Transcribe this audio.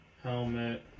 helmet